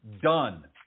done